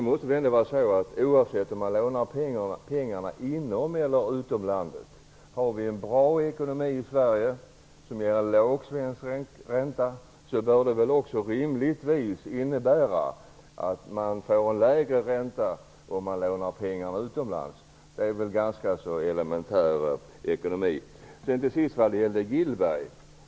Oavsett om man lånar pengarna inom landet eller utanför landet måste det vara så att om vi har en bra ekonomi i Sverige, som ger en låg svensk ränta, ger det sannolikt en lägre ränta om man lånar pengar utomlands. Det är väl en ganska elementär ekonomi.